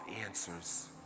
answers